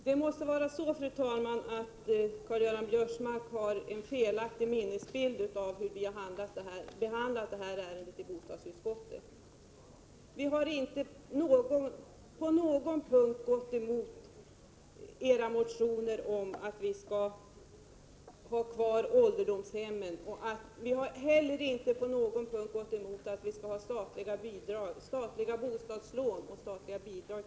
Fru talman! Det måste vara så att Karl-Göran Biörsmark har en felaktig minnesbild av hur vi behandlat denna fråga i bostadsutskottet. Vi har inte på någon punkt gått emot era motioner om att ålderdomshemmen skall finnas kvar. Vi har inte heller på någon punkt gått emot statliga bidrag till bostadslån till ålderdomshemmen.